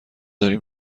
داری